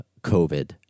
COVID